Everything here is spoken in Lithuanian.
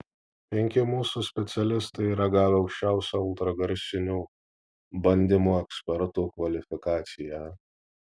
penki mūsų specialistai yra gavę aukščiausią ultragarsinių bandymų ekspertų kvalifikaciją